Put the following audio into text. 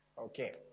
Okay